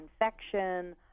infection